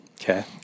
Okay